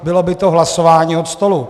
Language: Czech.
Bylo by to hlasování od stolu.